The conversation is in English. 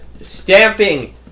stamping